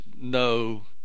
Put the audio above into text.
no